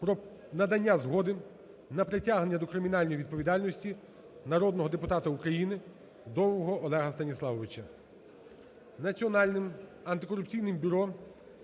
про надання згоди на притягнення до кримінальної відповідальності народного депутата України Довгого Олеся Станіславовича.